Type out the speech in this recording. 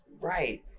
right